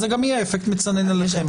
זה יהיה אפקט מצנן עליכם.